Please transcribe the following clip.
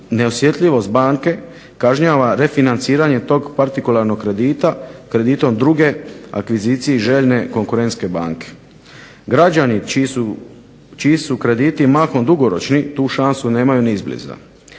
neosjetljivost banke kažnjava refinanciranjem tog partikularnog kredita, kreditom druge akvizicije željne konkurentske banke. Građani čiji su krediti mahom dugoročni, tu šansu nemaju ni izbliza.